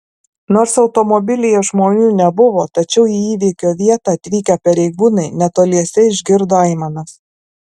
nors automobilyje žmonių nebuvo tačiau į įvykio vietą atvykę pareigūnai netoliese išgirdo aimanas